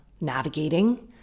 navigating